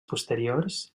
posteriors